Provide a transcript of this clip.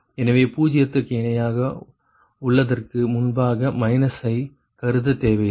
எனவே பூஜ்யத்திற்கு இணையாக உள்ளதற்கு முன்பாக மைனஸ் ஐ கருத தேவையில்லை